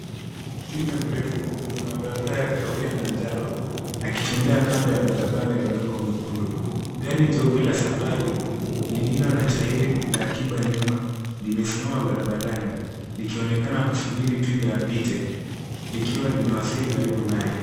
Twiga mrefu mwenye madoadoa ya kahawia na njano, akitembea kando ya barabara ya udongo mwekundu. Gari jeupe la safari lililo na tairi la akiba nyuma, limesimama barabarani, likionekana kusubiri twiga apite. Likiwa limewasili karibu naye.